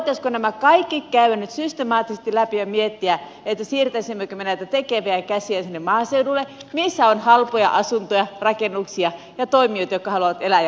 voitaisiinko nämä kaikki käydä nyt systemaattisesti läpi ja miettiä siirtäisimmekö me näitä tekeviä käsiä sinne maaseudulle missä on halpoja asuntoja rakennuksia ja toimijoita jotka haluavat elää ja vaikuttaa siellä